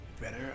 better